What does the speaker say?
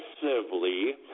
progressively